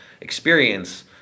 experience